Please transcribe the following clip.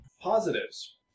positives